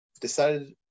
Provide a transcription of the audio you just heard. decided